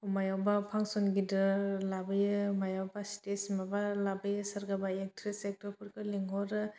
मायावबा फांसन गिदिर लाबोयो मायावबा स्टेज माबा लाबोयो सोरखौबा एकट्रिस एकटरफोरखौ लेंहरो